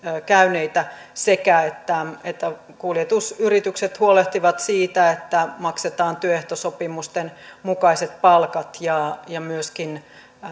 käyneitä sekä että kuljetusyritykset huolehtivat siitä että maksetaan työehtosopimusten mukaiset palkat ja ja myöskin